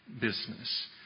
business